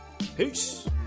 Peace